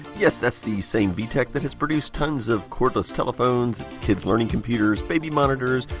yes, that's the same v-tech that has produced tons of cordless telephones, kids learning computers, baby monitors,